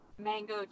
mango